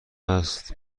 است